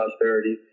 prosperity